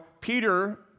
Peter